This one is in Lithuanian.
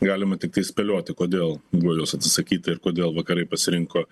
galima tiktai spėlioti kodėl buvo jos atsisakyta ir kodėl vakarai pasirinko